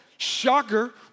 Shocker